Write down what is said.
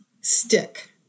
stick